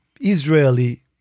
Israeli